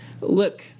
look